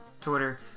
Twitter